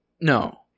No